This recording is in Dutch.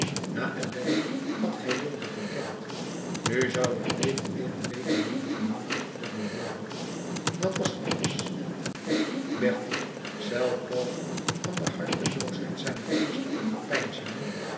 na ellende had hij weelde gekend nu zou het leven weêr een beetje minder gemakkelijk voor hem worden dat was alles bertie zelf walgend van de harteloosheid zijner eerste overpeinzingen